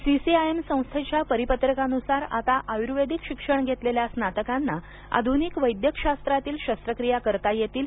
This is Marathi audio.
सीसीआयएम संस्थेच्या परिपत्रकानुसार आता आयुर्वेदिक शिक्षण घेतलेल्या स्नातकांना आधुनिक वैद्यक शास्त्रातील शस्त्रक्रिया करता येतील